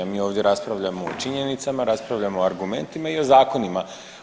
Mi ovdje raspravljamo o činjenicama, raspravljamo o argumentima i o zakonima.